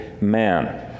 man